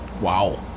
Wow